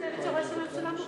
אני חושבת שראש הממשלה מוכשר.